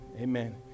Amen